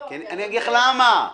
אגיד לך למה.